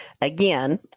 Again